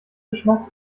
geschmack